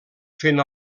fent